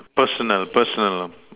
personal personal